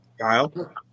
Kyle